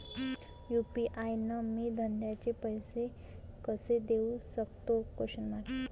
UPI न मी धंद्याचे पैसे कसे देऊ सकतो?